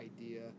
idea